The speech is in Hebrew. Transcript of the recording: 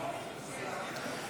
נגד ואליד אלהואשלה,